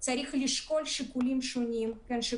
אני רוצה שזה יופיע בסיכום